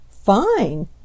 Fine